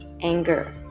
anger